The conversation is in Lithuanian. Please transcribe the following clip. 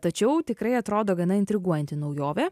tačiau tikrai atrodo gana intriguojanti naujovė